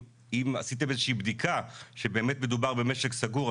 אם עשיתם איזה שהיא בדיקה שבאמת מדובר במשק סגור,